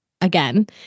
again